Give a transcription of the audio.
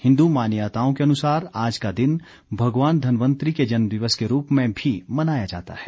हिन्दू मान्यताओं के अनुसार आज का दिन भगवान धनवंतरि के जन्मदिवस के रूप में भी मनाया जाता है